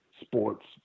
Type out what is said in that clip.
sports